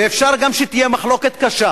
ואפשר גם שתהיה מחלוקת קשה